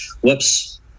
Whoops